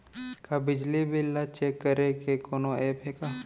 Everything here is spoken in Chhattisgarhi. का बिजली बिल ल चेक करे के कोनो ऐप्प हे का?